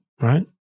right